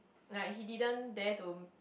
like he didn't dare to